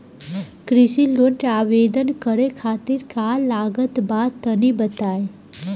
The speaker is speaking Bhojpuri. कृषि लोन के आवेदन करे खातिर का का लागत बा तनि बताई?